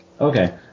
okay